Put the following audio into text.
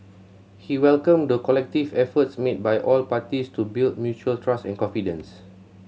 he welcomed the collective efforts made by all parties to build mutual trust and confidence